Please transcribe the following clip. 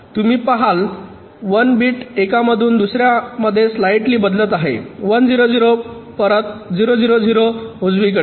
तुम्ही पहाल १ बिट एकामधून दुसर्यामध्ये स्लाइटली बदलत आहे 1 0 0 परत 0 0 0 उजवीकडे